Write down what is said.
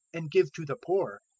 and give to the poor,